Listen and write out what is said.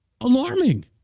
alarming